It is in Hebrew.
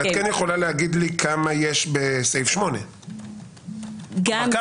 אבל את כן יכולה להגיד לי כמה יש בסעיף 8. כלומר,